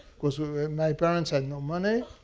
because my parents had no money,